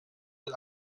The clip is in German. mit